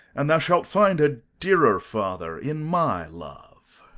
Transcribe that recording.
and thou shalt find a dearer father in my love.